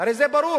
הרי זה ברור.